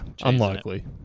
Unlikely